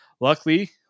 Luckily